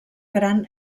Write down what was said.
gran